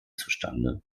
zustande